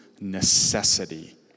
necessity